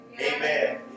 amen